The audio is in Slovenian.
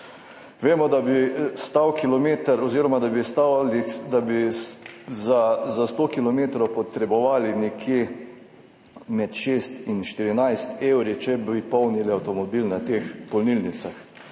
vemo, da bi za 100 kilometrov potrebovali nekje med 6 in 14 evri, če bi polnili avtomobil na teh polnilnicah.